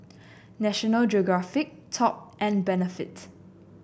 National Geographic Top and Benefit